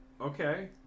Okay